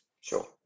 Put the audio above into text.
sure